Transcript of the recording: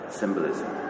symbolism